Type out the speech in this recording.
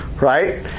Right